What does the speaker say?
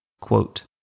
Quote